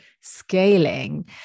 scaling